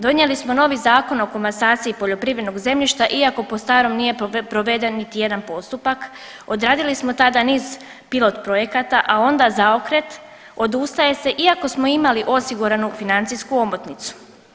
Donijeli smo novi Zakon o komasaciji poljoprivrednog zemljišta iako po starom nije proveden niti jedan postupak, odradili smo tada niz pilot projekata, a onda zaokret odustaje se iako smo imali osiguranu financijsku omotnicu.